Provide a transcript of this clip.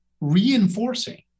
reinforcing